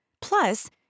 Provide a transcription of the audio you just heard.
Plus